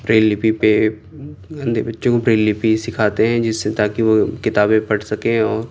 Braille لپی پہ اندھے بچوں کو ب ریل لپی سکھاتے ہیں جس سے تا کہ وہ کتابے پڑھ سکیں اور